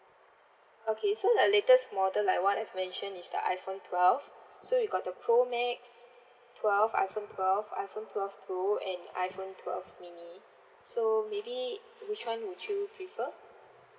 okay so the latest model like what I've mentioned is the iPhone twelve so we got the pro max twelve iPhone twelve iPhone twelve pro and iPhone twelve mini so maybe which one would you prefer